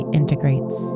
integrates